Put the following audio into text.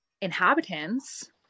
inhabitants